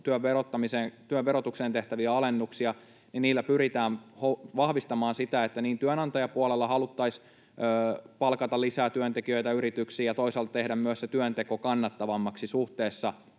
työn verotukseen alennuksia, pyritään myös vahvistamaan sitä, että työnantajapuolella haluttaisiin palkata lisää työntekijöitä yrityksiin, ja toisaalta tekemään myös se työnteko kannattavammaksi suhteessa